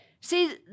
See